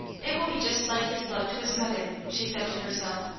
it will be just like his love to his mother, she said to herself,